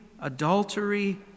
adultery